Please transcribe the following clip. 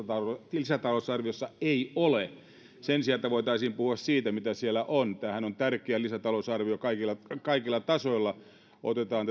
lisätalousarviossa ei ole sen sijaan että voitaisiin puhua siitä mitä siellä on tämähän on tärkeä lisätalousarvio kaikilla kaikilla tasoilla otetaan